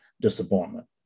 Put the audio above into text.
disappointment